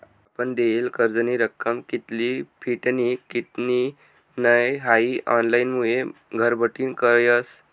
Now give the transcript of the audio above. आपण लेयेल कर्जनी रक्कम कित्ली फिटनी कित्ली नै हाई ऑनलाईनमुये घरबठीन कयस